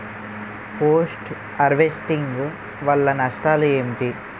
Post harvesting వల్ల నష్టాలు ఏంటి?